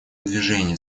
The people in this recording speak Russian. движение